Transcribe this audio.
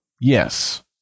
Yes